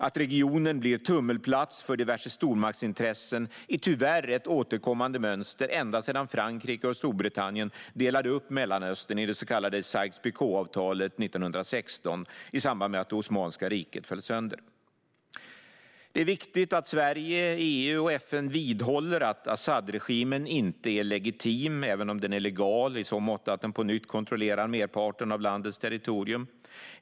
Att regionen blir tummelplats för diverse stormaktsintressen är tyvärr ett återkommande mönster ända sedan Frankrike och Storbritannien delade upp Mellanöstern i det så kallade Sykes-Picot-avtalet 1916, i samband med att det osmanska riket föll sönder. Det är viktigt att Sverige, EU och FN vidhåller att Asadregimen inte är legitim, även om den är legal i så måtto att den på nytt kontrollerar merparten av landets territorium.